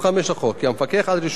לקבוע כי המפקח על רישום מקרקעין